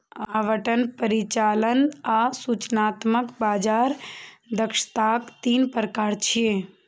आवंटन, परिचालन आ सूचनात्मक बाजार दक्षताक तीन प्रकार छियै